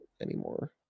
anymore